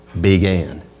began